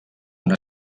una